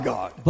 God